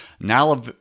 now